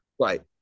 Right